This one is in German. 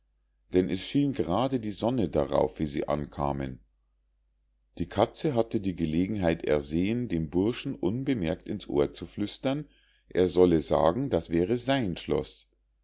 denn es schien grade die sonne darauf wie sie ankamen die katze hatte die gelegenheit ersehen dem burschen unbemerkt ins ohr zu flüstern er solle sagen das wäre sein schloß